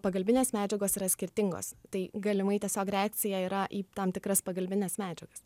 pagalbinės medžiagos yra skirtingos tai galimai tiesiog reakcija yra į tam tikras pagalbines medžiagas